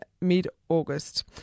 mid-August